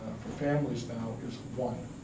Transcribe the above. ah for families now, is one.